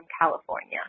California